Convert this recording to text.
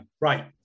Right